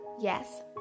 Yes